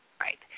Right